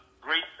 great